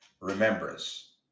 remembrance